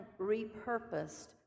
repurposed